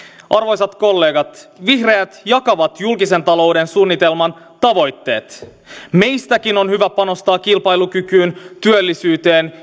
arvoisat kollegat vihreät jakavat julkisen talouden suunnitelman tavoitteet meistäkin on hyvä panostaa kilpailukykyyn työllisyyteen